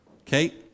Okay